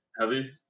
heavy